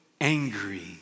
angry